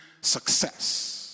success